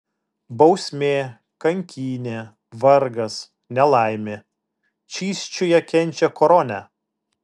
bausmė kankynė vargas nelaimė čysčiuje kenčia koronę